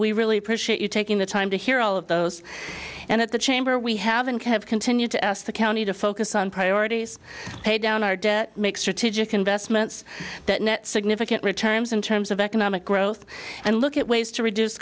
we really appreciate you taking the time to hear all of those and at the chamber we haven't kept continued to ask the county to focus on priorities pay down our debt make strategic investments that net significant returns in terms of economic growth and look at ways to reduce